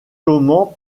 comment